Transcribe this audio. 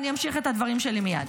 אני אמשיך את הדברים שלי מייד.